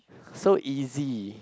so easy